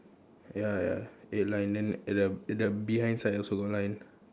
ya ya eight line then at the at the behind side also got line